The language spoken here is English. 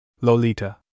Lolita